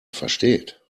versteht